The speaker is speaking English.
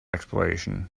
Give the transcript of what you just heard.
exploration